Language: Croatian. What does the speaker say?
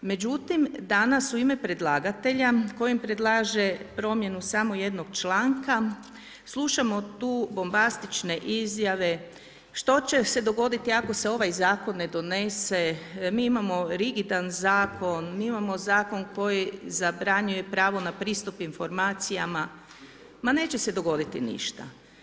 Međutim, danas u ime predlagatelja kojim predlaže promjenu samo jednog članka, slušamo tu bombastične izjave što će se dogoditi ako se ovaj zakon ne donese, mi imamo rigidan zakon, mi imamo zakon koji zabranjuje pravo na pristup informacijama, ma neće se dogoditi ništa.